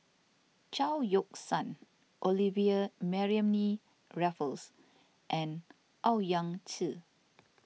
Chao Yoke San Olivia Mariamne Raffles and Owyang Chi